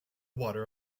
water